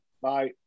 Bye